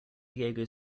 diego